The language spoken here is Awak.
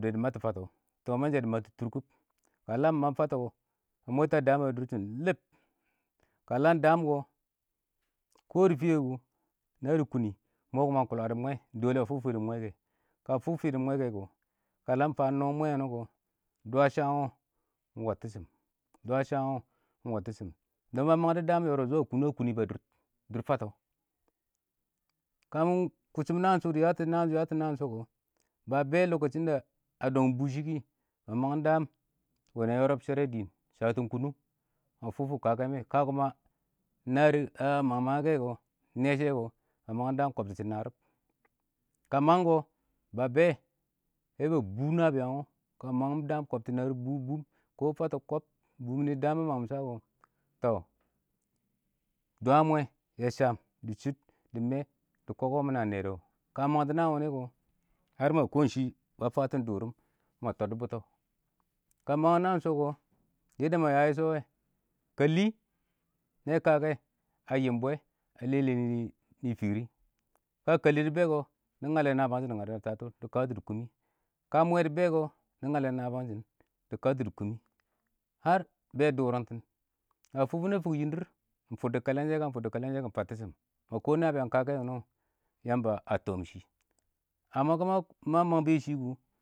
﻿dɪ mab tɔ fatɔ, tɔ mɛn shɛ dɪ mang tɔ tʊʊr kʊb, ka lam mab fatɔ kɔ, mwɛta daam a dʊrshɪn lɪb ka lam ka lam daam kɔ dɪ fɪyɛ kʊ na dɪ kʊ nɪ, mɔ ɪng kʊ la dɪ mwɛ, ka fʊk fɪ dɪ mwɛ kɛ kɔ, ka fa fɪ dɪ mwɛ kɛ kɔ ,nɔ mwɛ wʊnɪ kɛ kɔ, dwa sham wɔ ɪng wɔttɪ shɪm, dwa sham wɔ ɪng wɔttɪ shɪm ba mang dɔ daam yɔrɔb kʊnʊng a kʊnɪ a dʊr fatɔ, ka mɪ kʊtchʊm naan shʊ, dɪ yatɔ naan shʊ kɔ,, dɪ yatɔ naan shʊ kɔ, ba bɛ a lokacin da dɔngɪm bʊshɪ kɪ,ma mang daam wɛnɛ yɔrɔb shɛrɛ dɪɪn, shatɪn kʊnʊng, ma fʊ fʊ kakɛ mɛ, ka mɪng na a mang mangɛ kɛ kɔ, ɪng nɛ shɛ kɔ ba mang daam kɔb shɪtɪ narɪb, ka mang kɔ, ba bɛ, bɛ bʊ nabɪyang wɔ, ka mangɪm daam kɔbshɪ shɪtɪ narɪb bʊm bʊm kɔ, ko fatɔ kɔb, bʊm dɪ daan mɪ mangɪm sha kɔ, tɔ dwa mwɛ yɛ sham, dɪ shʊm, dɪ me, dɪ kɔkɔ mɪ na nɛ dɔ, ka mɪ mangtɔ naan wɪnɪ kɔ, ma kɔ ɪng ba fatɪn dʊrʊm ma tɔddɔ bʊtɔ, ka mang naan shʊkɔ, ma ya yɛ shɔwɛ, kɛllɪ, nɛ kakɛ a yɪm bwɛ a lɛlɛ nɪ fɪrɪ,ka kɛllɪ dɪ bɛ kɔ, dɪ ngalɛ nabɪyang shɪn dɪ katɔ dɪ kʊmɪ, ka mwɛɛ dɪ bɛ kɔ, dɪ ngalɛ nabɪyang shɪn dɪ katɔ dɪ kʊmɪ bɛ dʊrangtɪn, na fʊk mɪ nɛ fʊk yɪndɪr ɪng fʊddɔ kɛlɛ shɛ, ka nɪ fʊddɔ kɛlɛn shɛ kɔ ɪng fattɪ shɪm, ma kɔ nabɪyang kakɛ wʊnɔ Yanba a tɔɔm shɪ amma kuma ka ma mang bɔ yɛ shɪ kʊ.